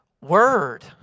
word